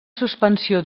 suspensió